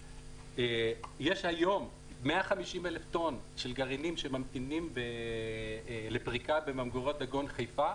יש היום 150,000 טון של גרעינים שממתינים לפריקה בממגורות דגון בחיפה,